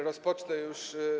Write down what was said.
Rozpocznę już.